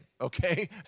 Okay